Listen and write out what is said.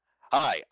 hi